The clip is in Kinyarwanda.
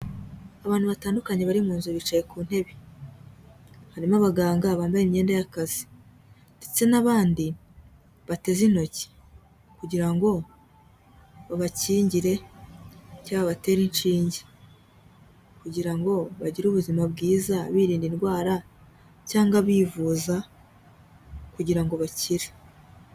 Abantu batandukanye bari mu nzu bicaye ku ntebe harimo abaganga bambaye imyenda y'akazi ndetse n'abandi bateze intoki, kugira ngo babakingire cyagwa babatere inshinge kugira ngo bagire ubuzima bwiza birinda indwara cyangwa bivuza kugira ngo bakire.